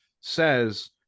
says